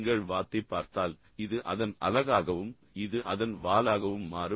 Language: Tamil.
நீங்கள் வாத்தைப் பார்த்தால் இது அதன் அலகாகவும் இது அதன் வாலாகவும் மாறும்